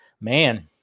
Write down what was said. man